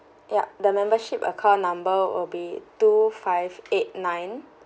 yup the membership account number will be two five eight nine